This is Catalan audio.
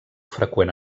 freqüent